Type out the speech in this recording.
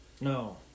No